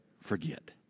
forget